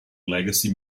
legacy